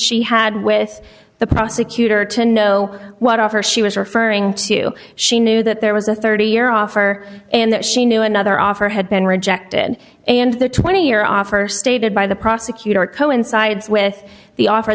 she had with the prosecutor to know what offer she was referring to she knew that there was a thirty year offer and that she knew another offer had been rejected and the twenty year offer stated by the prosecutor it coincides with the offer